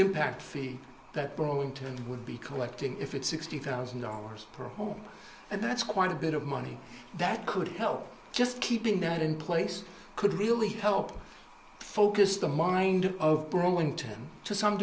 impact fee that burlington would be collecting if it's sixty thousand dollars per home and that's quite a bit of money that could help just keeping that in place could really help focus the mind of burlington to some